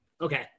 Okay